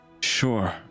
sure